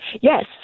Yes